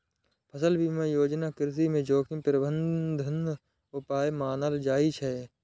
फसल बीमा योजना कृषि मे जोखिम प्रबंधन उपाय मानल जाइ छै